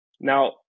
Now